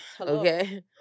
Okay